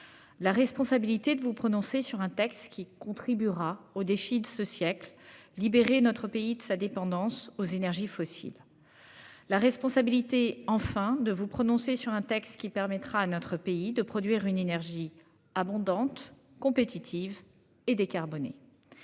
La responsabilité de vous prononcer sur un texte qui contribuera au défi de ce siècle libérer notre pays de sa dépendance aux énergies fossiles. La responsabilité, enfin de vous prononcer sur un texte qui permettra à notre pays de produire une énergie abondante compétitive et décarboner.